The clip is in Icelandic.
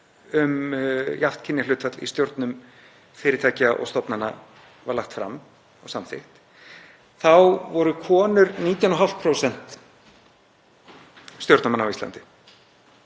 um jafnt kynjahlutfall í stjórnum fyrirtækja og stofnana var lagt fram og samþykkt voru konur 19,5% stjórnarmanna á Íslandi.